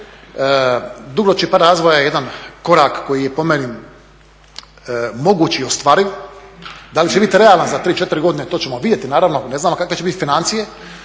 … par razvoja je jedan korak koji je po meni mogući i ostvariv, da li će biti realan za 3, 4 godine to ćemo vidjeti naravno, ne znamo kakve će biti financije.